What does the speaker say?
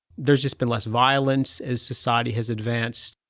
there's just been less violence as society has advanced.